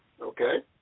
Okay